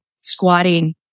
squatting